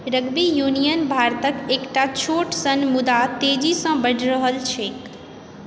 rugby union भारतक एकटा छोट सन मुदा तेजीसँ बढ़ि रहल छैक